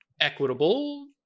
equitable